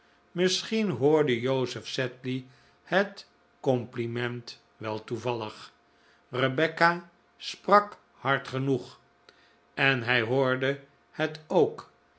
misschien hoorde joseph sedley het compliment wel toevallig rebecca sprak hard genoeg en hij hoorde het ook